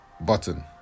button